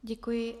Děkuji.